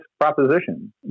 proposition